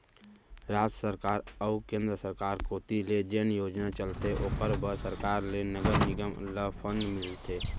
राज सरकार अऊ केंद्र सरकार कोती ले जेन योजना चलथे ओखर बर सरकार ले नगर निगम ल फंड मिलथे